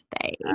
today